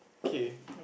okay